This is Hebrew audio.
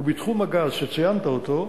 ובתחום הגז שציינת אותו,